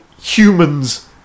humans